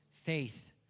Faith